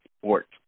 sports